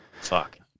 Fuck